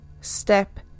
step